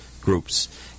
groups